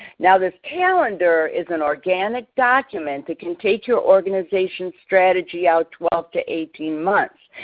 now this calendar is an organic document that can take your organization's strategy out twelve to eighteen months.